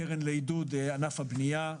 הקרן לעידוד ענף הבניה,